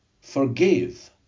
forgive